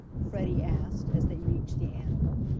freddie asked, as they reached the animal.